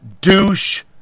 douche